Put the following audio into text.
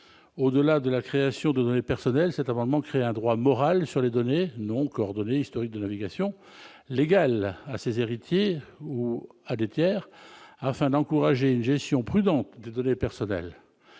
au-delà de la création de données personnelles cet amendement crée un droit moral sur les données non coordonnées historique de l'obligation légale à ses héritiers ou à des tiers, afin d'encourager une gestion prudente des données personnelles,